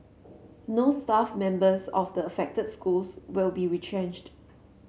no staff members of the affected schools will be retrenched